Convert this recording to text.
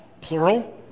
Plural